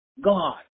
God